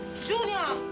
junior!